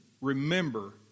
remember